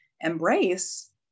embrace